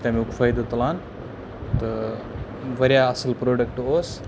تَمیُٚک فٲیدٕ تُلان تہٕ واریاہ اَصٕل پرٛوٚڈَکٹ اوس